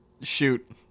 Shoot